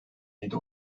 yedi